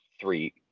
three